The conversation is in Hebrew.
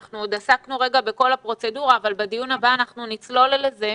עסקנו בכל הפרוצדורה אבל בדיון הבא אנחנו נצלול לזה.